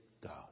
God